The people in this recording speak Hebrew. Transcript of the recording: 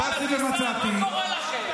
ואטורי, אל תענה.